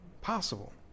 possible